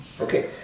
Okay